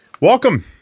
Welcome